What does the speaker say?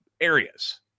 areas